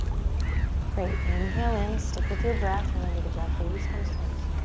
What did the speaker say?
great, inhale in, stick with your breath. remember, the breath always comes first.